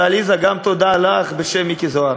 ועליזה, גם תודה לך בשם מיקי זוהר.